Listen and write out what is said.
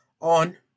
on